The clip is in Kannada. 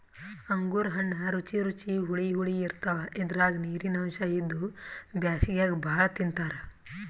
ಅಂಗೂರ್ ಹಣ್ಣ್ ರುಚಿ ರುಚಿ ಹುಳಿ ಹುಳಿ ಇರ್ತವ್ ಇದ್ರಾಗ್ ನೀರಿನ್ ಅಂಶ್ ಇದ್ದು ಬ್ಯಾಸ್ಗ್ಯಾಗ್ ಭಾಳ್ ತಿಂತಾರ್